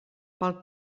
pel